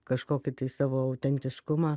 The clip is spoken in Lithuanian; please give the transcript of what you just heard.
kažkokį tai savo autentiškumą